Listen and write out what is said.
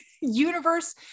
universe